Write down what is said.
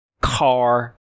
car